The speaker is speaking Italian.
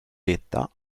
vetta